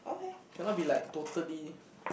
cannot be like totally